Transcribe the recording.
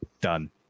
Done